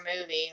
movie